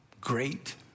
great